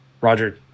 roger